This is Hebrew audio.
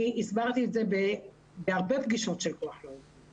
אני הסברתי את זה בהרבה פגישות של כוח לעובדים.